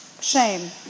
Shame